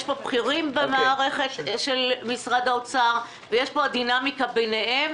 יש פה בכירים במערכת של משרד האוצר ויש פה את הדינאמיקה ביניהם,